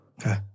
Okay